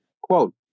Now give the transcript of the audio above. Quote